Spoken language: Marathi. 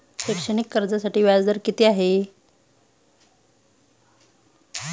शैक्षणिक कर्जासाठी व्याज दर किती आहे?